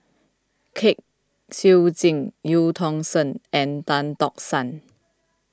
Kwek Siew Jin Eu Tong Sen and Tan Tock San